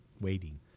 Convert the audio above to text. Waiting